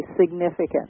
significant